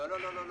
לא, לא, לא.